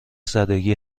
زدگی